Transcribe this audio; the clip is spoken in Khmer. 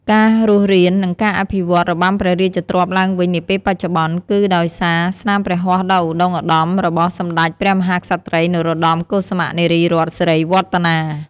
ការរស់រាន និងការអភិវឌ្ឍន៍របាំព្រះរាជទ្រព្យឡើងវិញនាពេលបច្ចុប្បន្ន គឺដោយសារស្នាព្រះហស្តដ៏ឧត្ដុង្គឧត្ដមរបស់ សម្ដេចព្រះមហាក្សត្រី នរោត្តម កុសុមៈ នារីរ័ត្ន សិរីវឌ្ឍនា។